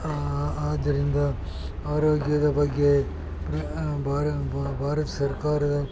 ಆದ್ದರಿಂದ ಆರೋಗ್ಯದ ಬಗ್ಗೆ ಭಾರ ಭಾರತ ಸರ್ಕಾರದ